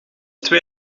twee